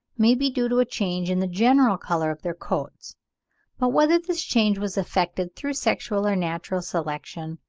may be due to a change in the general colour of their coats but whether this change was effected through sexual or natural selection,